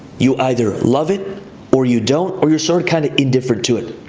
you either love it or you don't, or you're sort of kind of indifferent to it.